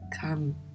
come